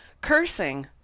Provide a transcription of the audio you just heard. cursing